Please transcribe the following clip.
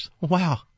Wow